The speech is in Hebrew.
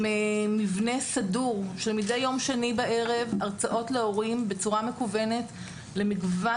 עם מבנה סדור שמדי יום שני בערב הרצאות להורים בצורה מקוונת למגוון